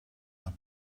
nach